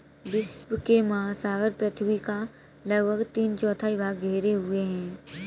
विश्व के महासागर पृथ्वी का लगभग तीन चौथाई भाग घेरे हुए हैं